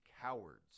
cowards